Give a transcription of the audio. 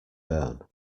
burn